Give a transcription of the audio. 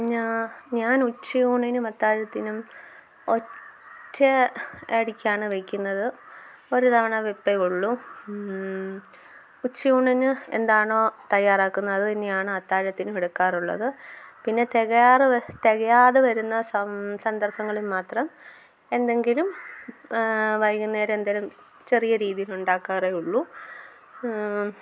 ഞാൻ ഞാൻ ഉച്ചയൂണിനും അത്താഴത്തിനും ഒറ്റ അടിക്കാണ് വയ്ക്കുന്നത് ഒരു തവണ വെപ്പേ ഉള്ളൂ ഉച്ചയൂണിന് എന്താണോ തയ്യാറാക്കുന്നത് അത് തന്നെയാണ് അത്താഴത്തിനും എടുക്കാറുള്ളത് പിന്നെ തികയാതെ വ തികയാതെ വരുന്ന സന്ദർഭങ്ങളിൽ മാത്രം എന്തെങ്കിലും വൈകുന്നേരം എന്തെങ്കിലും ചെറിയ രീതിയിലുണ്ടാക്കാറേ ഉള്ളൂ